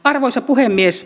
arvoisa puhemies